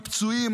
הפצועים,